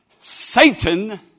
Satan